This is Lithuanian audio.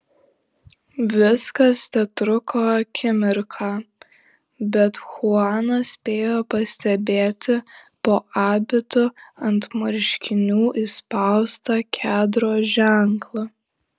viskas tetruko akimirką bet chuanas spėjo pastebėti po abitu ant marškinių įspaustą kedro ženklą